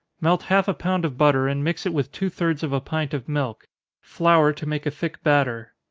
melt half a pound of butter, and mix it with two-thirds of a pint of milk flour to make a thick batter.